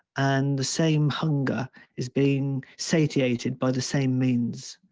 and the same hunger is being satiated by the same means.